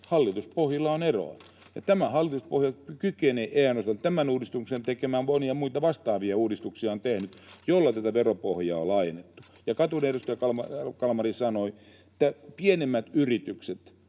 hallituspohjilla on eroa. Tämä hallituspohja kykenee tekemään tämän uudistuksen, eikä ainoastaan tätä: se on tehnyt monia muita vastaavia uudistuksia, joilla tätä veropohjaa on laajennettu. Ja kuten edustaja Kalmari sanoi, pienemmät yritykset,